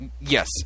Yes